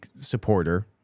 supporter